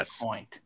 point